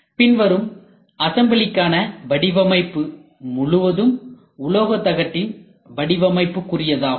பின்வரும் அசம்பிளிக்கான வடிவமைப்பு முழுவதும் உலோகத் தகட்டின் வடிவமைப்புக்குரியதாகும்